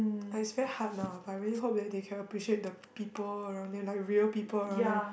but it's very hard now ah but I really hope that they can appreciate the people around them like real people around them